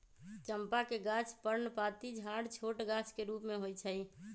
चंपा के गाछ पर्णपाती झाड़ छोट गाछ के रूप में होइ छइ